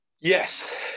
Yes